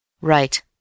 Right